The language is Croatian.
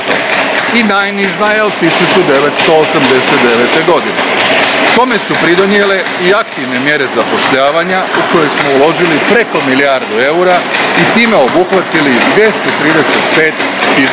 i najniža je od 1989. Tome su pridonijele i aktivne mjere zapošljavanja u koje smo uložili preko milijardu eura i time obuhvatili 235